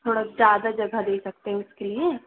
थोड़ा ज़्यादा जगह दे सकते हैं उसके लिए